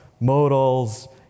modals